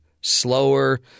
slower